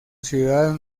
ciudad